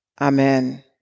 Amen